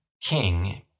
King